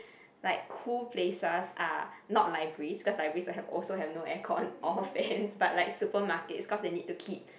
like cool places are not libraries because libraries have also have no aircon all fans but like supermarket cause they need to keep